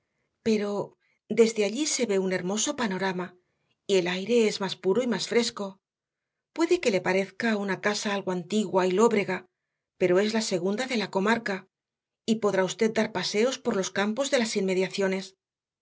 pero desde allí se ve un hermoso panorama y el aire es más puro y más fresco puede que le parezca una casa algo antigua y lóbrega pero es la segunda de la comarca y podrá usted dar paseos por los campos de las inmediaciones